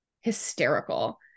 hysterical